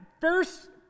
first